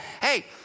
hey